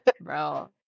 Bro